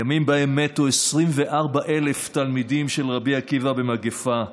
ימים שבהם מתו 24,000 תלמידיו של רבי עקיבא במגפה.